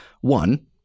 one—